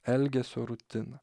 elgesio rutiną